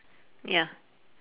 ya